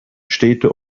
städte